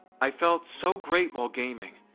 i felt so great while gaming,